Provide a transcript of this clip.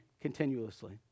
continuously